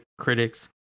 critics